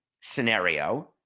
scenario